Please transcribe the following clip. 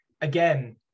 again